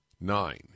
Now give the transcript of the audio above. Nine